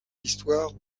histoire